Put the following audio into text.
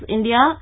India